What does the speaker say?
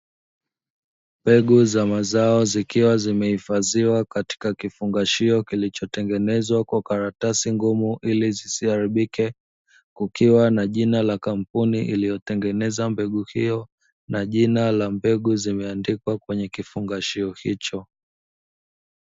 Mbegu za mazao zikiwa zimehifadhiwa katika kifupishio kilichotengenezwa kwa karatasi ngumu ili zisiharibike kukiwa na jina la kampuni iliyotengeneza mbegu hiyo na jina la mbegu zimeandikwa kwenye kifungashio hicho.